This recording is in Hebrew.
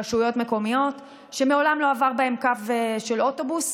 רשויות מקומיות שמעולם לא עבר בהן קו של אוטובוס,